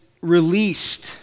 released